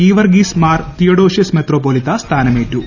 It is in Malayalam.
ഗീവർഗീസ് മാർ തിയഡോഷ്യസ് മെത്രാപ്പൊലീത്ത സ്ഥാനമേറ്റു